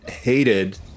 hated